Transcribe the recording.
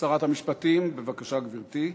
שרת המשפטים, בבקשה, גברתי.